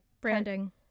branding